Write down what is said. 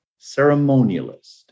ceremonialist